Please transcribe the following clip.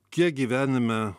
kiek gyvenime